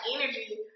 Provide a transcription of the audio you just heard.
energy